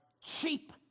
Cheap